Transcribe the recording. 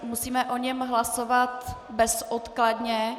Musíme o něm hlasovat bezodkladně.